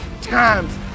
times